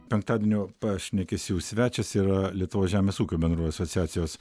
penktadienio pašnekesių svečias yra lietuvos žemės ūkio bendrovių asociacijos